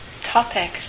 topic